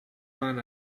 van